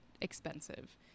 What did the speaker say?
expensive